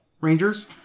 Rangers